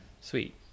Sweet